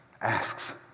asks